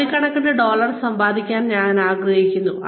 കോടിക്കണക്കിന് ഡോളർ സമ്പാദിക്കാൻ ഞാൻ ആഗ്രഹിക്കുന്നു